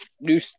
New